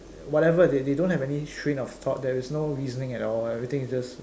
whatever they they don't have any train of thought there's no reasoning at all everything is just